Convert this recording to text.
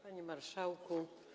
Panie Marszałku!